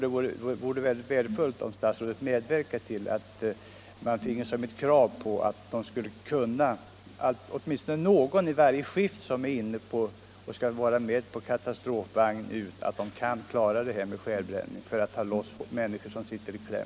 Det vore värdefullt om statsrådet medverkade till att vi finge krav på att åtminstone någon i varje skift som skall följa med i katastrofvagn kan handskas med skärbrännare för att ta loss människor som sitter i kläm.